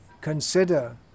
consider